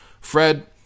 Fred